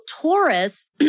Taurus